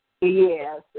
Yes